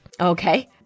Okay